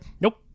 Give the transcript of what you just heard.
nope